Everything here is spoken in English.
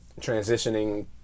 Transitioning